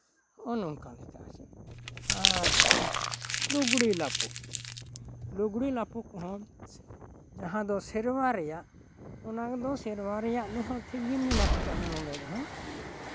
ᱦᱚᱜᱼᱚᱭ ᱱᱚᱝᱠᱟ ᱞᱮᱠᱟ ᱟᱨᱪᱮᱫ ᱟᱨ ᱞᱩᱜᱽᱲᱤ ᱞᱟᱯᱚ ᱞᱩᱜᱽᱲᱤ ᱞᱟᱯᱚ ᱠᱚᱦᱚᱸ ᱡᱟᱦᱟᱸ ᱫᱚ ᱥᱮᱨᱣᱟ ᱨᱮᱭᱟᱜ ᱚᱱᱟ ᱫᱚ ᱥᱮᱨᱣᱟ ᱨᱮᱭᱟᱜ ᱦᱚᱸ ᱴᱷᱤᱠ ᱜᱮ ᱢᱮᱱᱟᱜ ᱟᱠᱟᱫ ᱱᱚᱰᱮ ᱫᱚ ᱦᱟᱸᱜ